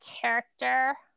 character